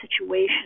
situation